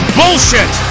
bullshit